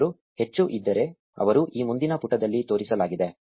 ಅವರು ಹೆಚ್ಚು ಇದ್ದರೆ ಅವರು ಈ ಮುಂದಿನ ಪುಟದಲ್ಲಿ ತೋರಿಸಲಾಗಿದೆ